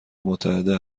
متحده